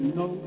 no